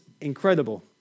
incredible